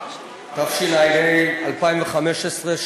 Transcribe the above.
התשע"ה 2015,